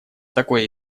такое